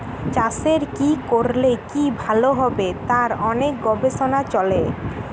চাষের কি করলে কি ভালো হবে তার অনেক গবেষণা চলে